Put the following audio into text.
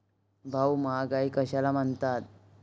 भाऊ, महागाई कशाला म्हणतात?